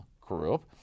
Group